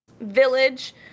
village